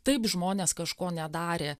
taip žmonės kažko nedarė